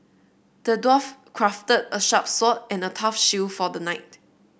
the dwarf crafted a sharp sword and a tough shield for the knight